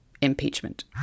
impeachment